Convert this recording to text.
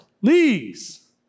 please